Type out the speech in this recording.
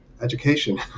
education